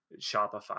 Shopify